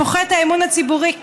פוחת האמון הציבורי בממשלה,